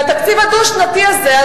והתקציב הדו-שנתי הזה,